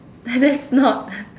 uh and that's not